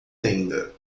tenda